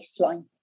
baseline